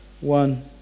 one